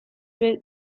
beterik